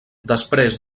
després